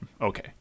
okay